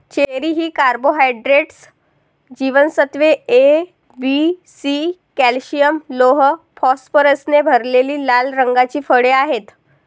cherry ही carbohydrates, जीवनसत्त्वे A, B, C, calcium, लोह, फॉस्फरसने भरलेली लाल रंगाची फळे आहेत